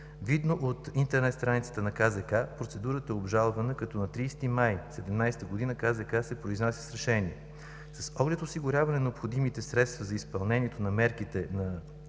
Видно от интернет страницата на КЗК, процедурата е обжалвана, като на 30 май 2017 г. КЗК се произнася с решение. С оглед осигуряване на необходимите средства за изпълнението на мерките, на